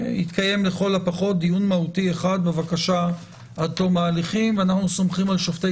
יתקיים לפחות דיון מהותי אחד בבקשה עד תום ההליכים ואנו סומכים על שופטי